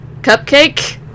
cupcake